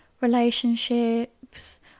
relationships